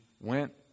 went